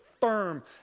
firm